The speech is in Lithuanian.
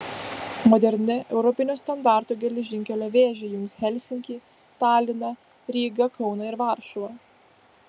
moderni europinio standarto geležinkelio vėžė jungs helsinkį taliną rygą kauną ir varšuvą